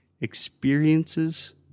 Experiences